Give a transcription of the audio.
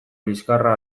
liskarra